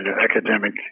academic